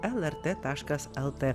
lrt taškas lt